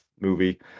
movie